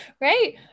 right